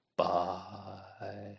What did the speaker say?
Bye